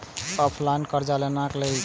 Online कर्ज केना होई छै?